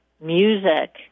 music